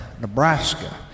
Nebraska